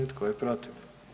I tko je protiv?